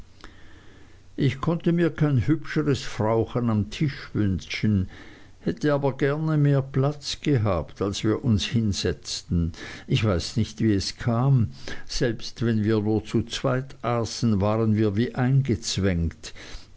ich konnte mir kein hübscheres frauchen am tisch wünschen hätte aber gern mehr platz gehabt als wir uns hinsetzten ich weiß nicht wie es kam selbst wenn wir nur zu zweit aßen waren wir wie eingezwängt